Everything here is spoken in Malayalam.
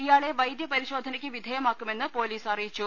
ഇയാളെ വൈദ്യപരിശോധനക്ക് വിധേയമാക്കുമെന്ന് പൊലീസ് അറിയിച്ചു